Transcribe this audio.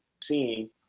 seeing